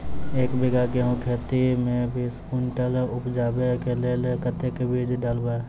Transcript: एक बीघा गेंहूँ खेती मे बीस कुनटल उपजाबै केँ लेल कतेक बीज डालबै?